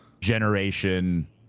generation